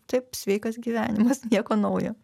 taip sveikas gyvenimas nieko naujo